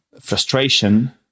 frustration